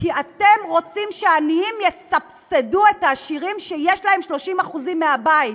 כי אתם רוצים שהעניים יסבסדו את העשירים שיש להם 30% מהבית.